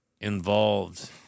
involved